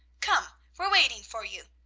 come we're waiting for you!